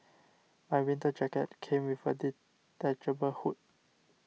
my winter jacket came with a detachable hood